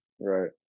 right